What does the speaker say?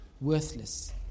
worthless